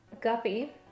Guppy